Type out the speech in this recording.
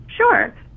Sure